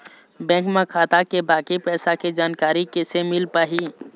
Bank म खाता के बाकी पैसा के जानकारी कैसे मिल पाही?